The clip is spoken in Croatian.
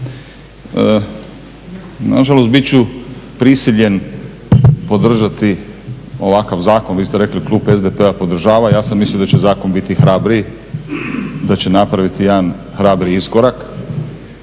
nažalost biti ću prisiljen podržati ovakav zakon, vi ste rekli klub SDP-a podržava ja sam mislio da će zakon biti hrabriji, da će napraviti jedan hrabriji iskorak.